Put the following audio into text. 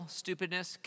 stupidness